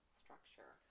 structure